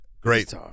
great